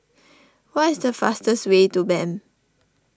what is the fastest way to Bern